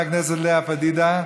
חברת הכנסת לאה פדידה,